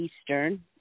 Eastern